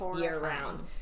year-round